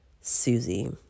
Susie